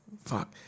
Fuck